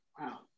Wow